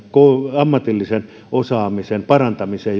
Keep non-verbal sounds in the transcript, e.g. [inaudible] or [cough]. ammatillisen osaamisen parantamiseen [unintelligible]